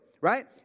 right